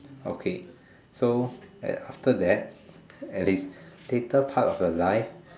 okay so at after that at later part of the life